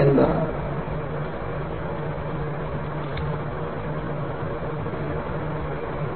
operating താപനില വിരുദ്ധമായ ചുറ്റുപാടുകൾ ലോഡിംഗ് തരങ്ങൾ എന്നിവയിൽ ആധുനിക ഘടനാപരമായ അന്തരീക്ഷം കൂടുതൽ സങ്കീർണ്ണമാണെന്ന് കാണാം